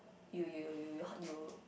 you you you hurt you